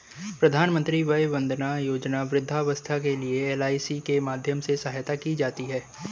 प्रधानमंत्री वय वंदना योजना वृद्धावस्था के लिए है, एल.आई.सी के माध्यम से सहायता की जाती है